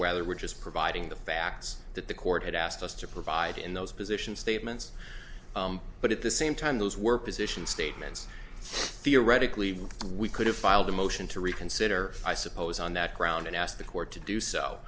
whether we're just providing the facts that the court had asked us to provide in those positions statements but at the same time those were positions statements theoretically we could have filed a motion to reconsider i suppose on that ground and asked the court to do so